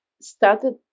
started